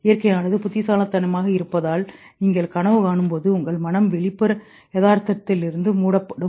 இயற்கையானது புத்திசாலித்தனமாக இருப்பதால் நீங்கள் கனவு காணும்போது உங்கள் மனம் வெளிப்புற யதார்த்தத்திலிருந்து மூடப்படும்